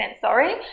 sorry